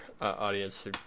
audience